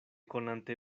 konante